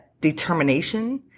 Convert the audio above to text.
determination